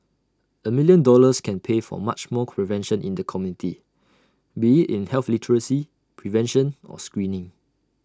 A million dollars can pay for much more prevention in the community be IT in health literacy prevention or screening